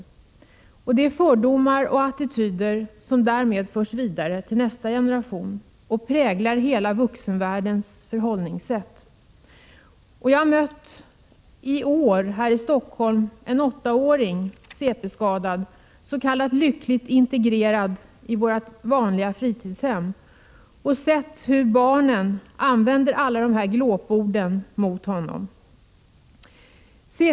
De 4november 1986 fördomar och bilder som därmed skapas förs vidare till nästa generation och = AY. ap roa präglar hela vuxenvärldens förhållningssätt. Jag har i år, här i Stockholm, mött en åttaårig CP-skadad, ”lyckligt” integrerad i ett vanligt fritidshem, och sett hur barnen använder alla de här glåporden mot honom.